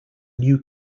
new